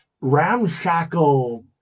ramshackle